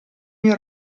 mio